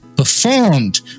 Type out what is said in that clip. performed